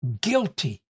guilty